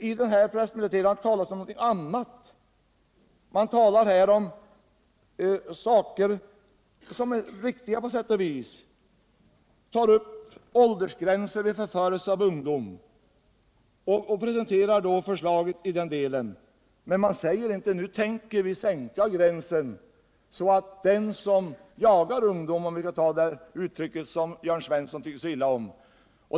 I pressmeddelandet talas om någonting annat — saker som är viktiga på sätt och vis. Man tar upp åldersgränser vid förförelse av ungdom och presenterar förslaget i den delen. Men man säger inte: Nu tänker vi sänka gränsen så att det skall vara fritt fram för dem som jagar ungdom —om vi skall ta det uttrycket, som Jörn Svensson tycker så illa om.